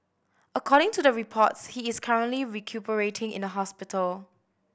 according to the reports he is currently recuperating in the hospital